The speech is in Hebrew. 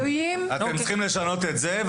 אתם צריכים לשנות את זה,